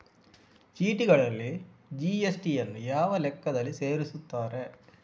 ಚೀಟಿಗಳಲ್ಲಿ ಜಿ.ಎಸ್.ಟಿ ಯನ್ನು ಯಾವ ಲೆಕ್ಕದಲ್ಲಿ ಸೇರಿಸುತ್ತಾರೆ?